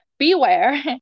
beware